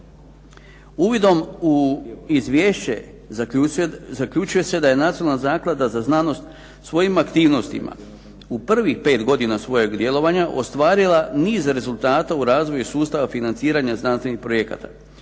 Uvidom u izvješće zaključuje se da je Nacionalna zaklada za znanost svojim aktivnostima u prvih 5 godina svojeg djelovanja ostvarila niz rezultata u razvoju sustava financiranja znanstvenih projekata.